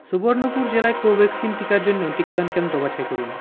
সুবর্ণপুর জেলায় কোভ্যাক্সিন টিকার জন্য টিকাদান কেন্দ্র বাছাই করুন